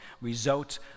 results